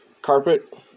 carpet